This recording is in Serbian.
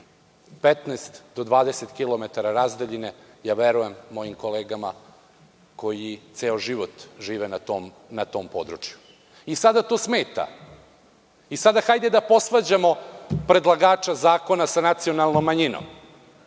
15 do 20 km razdaljine je, verujem mojim kolegama koji ceo život žive na tom području, i sada to smeta i sada hajde da posvađamo predlagača zakona sa nacionalnom manjinom,